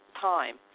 time